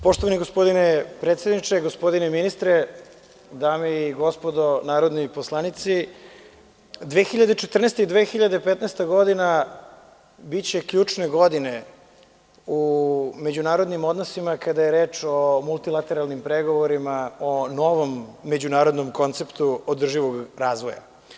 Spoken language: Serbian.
Poštovani gospodine predsedniče, gospodine ministre, dame i gospodo narodni poslanici, 2014. i 2015. godina biće ključne godine u međunarodnim odnosima kada je reč o multilateralnim pregovorima, o novom međunarodnom konceptu održivog razvoja.